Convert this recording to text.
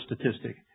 statistic